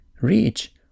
reach